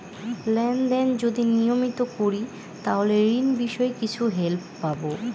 Lane দেন যদি নিয়মিত করি তাহলে ঋণ বিষয়ে কিছু হেল্প পাবো?